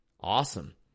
Awesome